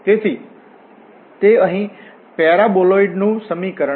તેથી તે અહીં આવા પેરાબોલોઇડ નું એક સમીકરણ છે